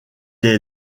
est